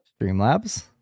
Streamlabs